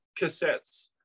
cassettes